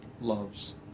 loves